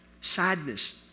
sadness